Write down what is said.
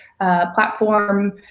Platform